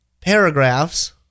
paragraphs